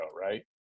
right